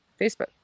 Facebook